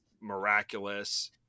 miraculous